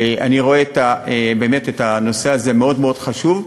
אני באמת רואה את הנושא הזה כמאוד מאוד חשוב,